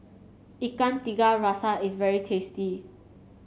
Ikan Tiga Rasa is very tasty